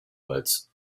words